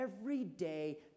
everyday